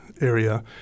area